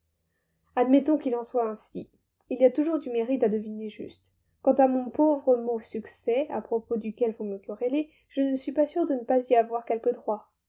admettons qu'il en soit ainsi il y a toujours du mérite à deviner juste quant à mon pauvre mot succès à propos duquel vous me querellez je ne suis pas sûre de ne pas y avoir quelque droit